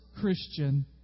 Christian